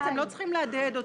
אתם לא צריכים להדהד אותי.